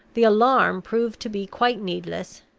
the alarm proved to be quite needless.